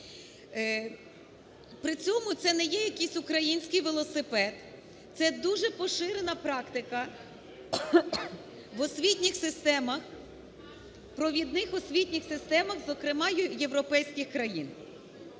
При цьому це не є якийсь "український велосипед", це дуже поширена практика в освітніх системах, провідних освітніх системах, зокрема європейських країн.